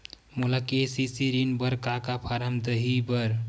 मोला के.सी.सी ऋण बर का का फारम दही बर?